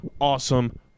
awesome